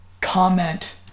comment